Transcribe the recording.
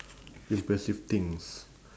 impressive things